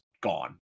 gone